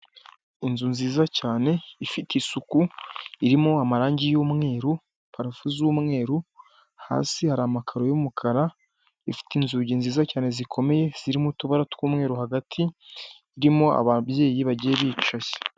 Inzu nziza cyane ifite isuku, irimo amarangi y'umweru, parafo z'umweru, hasi hari amakaro y'umukara, ifite inzugi nziza cyane zikomeye zirimo utubara tw'umweru, hagati irimo ababyeyi bagiye bicaye.